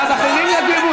ואז אחרים יגיבו,